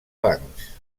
bancs